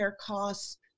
costs